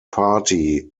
party